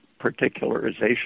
particularization